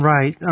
Right